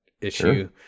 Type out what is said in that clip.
issue